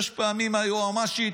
שש פעמים מהיועמ"שית,